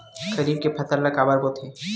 खरीफ के फसल ला काबर बोथे?